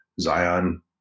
Zion